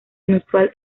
inusual